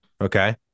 Okay